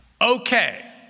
Okay